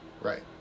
Right